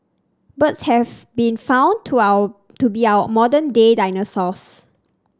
birds have been found to our to be our modern day dinosaurs